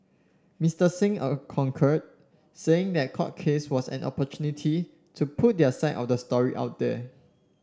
Mister Singh concurred saying the court case was an opportunity to put their side of the story out there